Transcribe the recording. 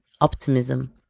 optimism